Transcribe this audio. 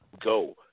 go